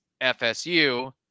FSU